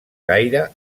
gaire